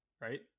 Right